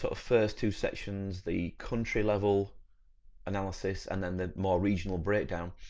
so first two sections, the country level analysis and then the more regional breakdown.